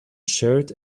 shirt